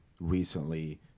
recently